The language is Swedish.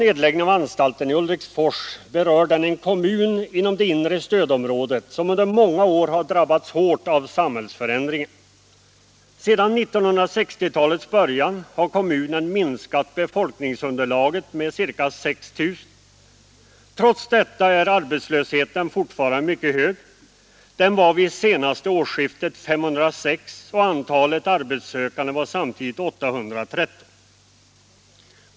Nedläggningen av anstalten i Ulriksfors berör en kommun inom det inre stödområdet som under många år har drabbats hårt av samhällsförändringen. Sedan 1960-talets början har kommunens befolkningsunderlag minskat med ca 6 000 personer. Trots detta är arbetslösheten fortfarande mycket hög. Vid senaste årsskiftet var antalet arbetslösa 506, och antalet arbetssökande var samtidigt 813.